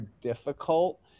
difficult